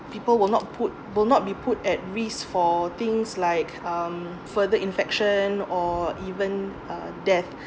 people will not put will not be put at risk for things like um further infection or even uh death